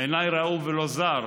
עיניי ראו, ולא זר,